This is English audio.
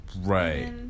right